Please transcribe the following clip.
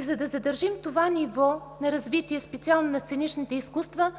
За да задържим това ниво на развитие, специално на сценичните изкуства,